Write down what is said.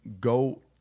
go